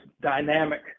dynamic